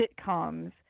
sitcoms